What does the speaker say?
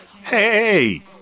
Hey